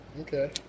Okay